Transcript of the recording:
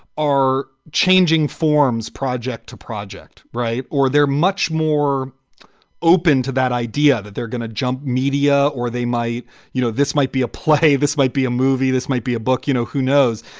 are changing forms, project to project. right. or they're much more open to that idea that they're going to jump media or they might you know, this might be a play. this might be a movie. this might be a book, you know, who knows?